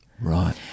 right